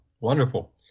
Wonderful